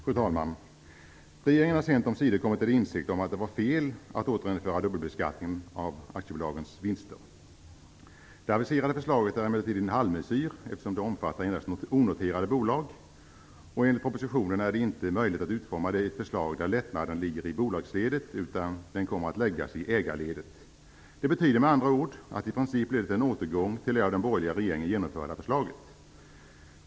Fru talman! Regeringen har sent omsider kommit till insikt om att det var fel att återinföra dubbelbeskattningen av aktiebolagens vinster. Det aviserade förslaget är emellertid en halvmesyr, eftersom det endast omfattar onoterade bolag. Enligt propositionen är det inte möjligt att utforma ett förslag där lättnaden ligger i bolagsledet, utan den kommer att läggas i ägarledet. Det betyder med andra ord att det i princip blir en återgång till det av den borgerliga regeringen genomförda förslaget.